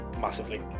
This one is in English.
massively